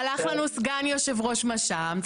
הלך לנו סגן יושב ראש מש"מ (מרכז שלטון מקומי),